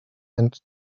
and